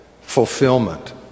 fulfillment